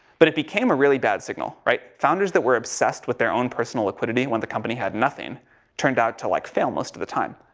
but it became a really bad signal, right? founders that were obsessed with their own personal liquidity when the company had nothing turned out to like fail most of the time.